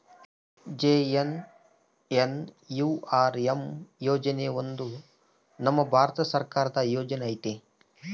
JNNURM ಯೋಜನೆ ಒಂದು ನಮ್ ಭಾರತ ಸರ್ಕಾರದ ಯೋಜನೆ ಐತಿ